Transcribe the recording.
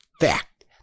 fact